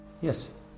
Yes